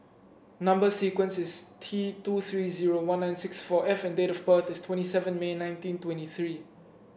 number sequence is T two three zero one nine six four F and date of birth is twenty seven May nineteen twenty three